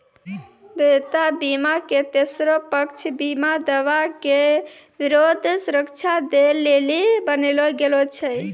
देयता बीमा के तेसरो पक्ष बीमा दावा के विरुद्ध सुरक्षा दै लेली बनैलो गेलौ छै